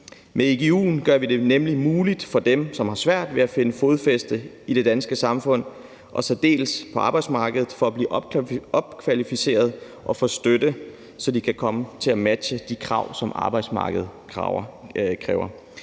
Med igu'en gør vi det nemlig muligt for dem, som har svært ved at finde fodfæste i det danske samfund og i særdeleshed på arbejdsmarkedet, at blive opkvalificeret og få støtte, så de kan komme til at matche de krav, som arbejdsmarkedet kræver.